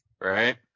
Right